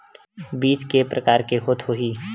बीज के प्रकार के होत होही?